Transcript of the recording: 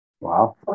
Wow